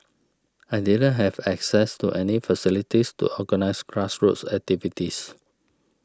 I didn't have access to any facilities to organise grassroots activities